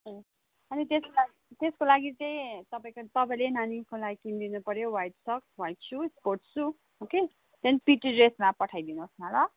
अनि त्यसको लागि त्यसको लागि चाहिँ तपाईँको तपाईँले नानीको लागि किनिदिनुपऱ्यो white socks white shoes sports shoe okay then PT ड्रेसमा पठाइदिनुहोस् न ल